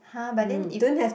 [huh] but then if